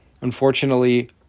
Unfortunately